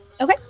Okay